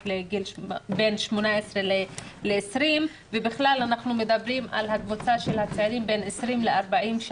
בין 18 ל-20 ובכלל אנחנו מדברים על התקופה של הצעירים בין 20 ל-40,